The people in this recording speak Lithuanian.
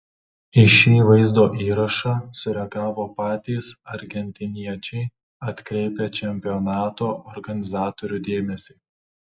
į šį vaizdo įrašą sureagavo patys argentiniečiai atkreipę čempionato organizatorių dėmesį